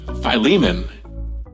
Philemon